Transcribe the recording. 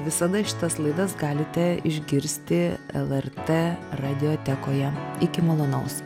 visada šitas laidas galite išgirsti lrt radiotekoje iki malonaus